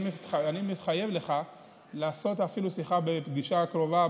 אני מתחייב לך לעשות אפילו שיחה בפגישה קרובה,